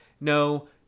No